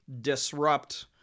disrupt